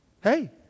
Hey